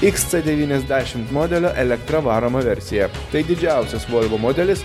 iks c devyniasdešimt modelio elektra varoma versija tai didžiausias volvo modelis